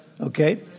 Okay